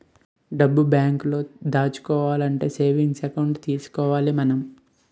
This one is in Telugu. డబ్బు బేంకులో దాచుకోవాలంటే సేవింగ్స్ ఎకౌంట్ తీసుకోవాలి మనం